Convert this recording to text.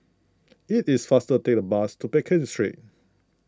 it is faster take the bus to Pekin Street